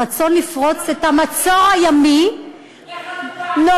הרצון לפרוץ את המצור הימי נובע,